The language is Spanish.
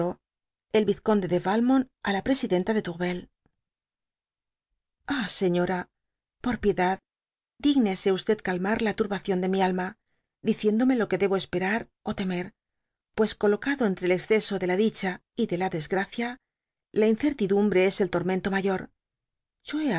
el vizconde de valmont d la presidenta de tourvel ah señora por piedad dignese calmar la turbación de mi alma diciendome lo que debo esperar ó temer ipues colocado entre el exceso de la dicha y de la desgracia la incertidumbre es el tormento mayor